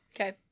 Okay